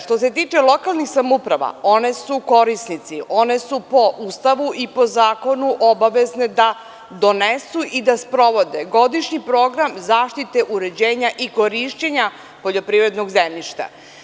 Što se tiče lokalnih samouprava, one su korisnici, one su po Ustavu i po zakonu obavezne da donesu i da sprovode godišnji program zaštite, uređenja i korišćenja poljoprivrednog zemljišta.